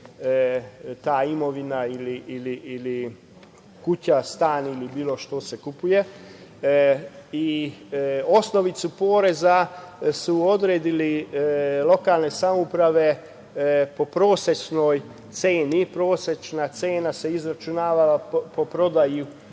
ta imovina ili kuća, stan ili bila šta što se kupuje. Osnovicu poreza su odredile lokalne samouprave po prosečnoj ceni. Prosečna cena se izračunavala po prodaji